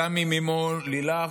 גם עם אימו לילך.